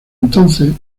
entonces